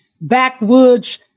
Backwoods